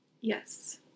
Yes